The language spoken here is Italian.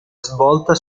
svolta